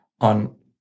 on